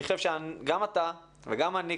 אני חושב שגם אתה וגם אני,